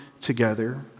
together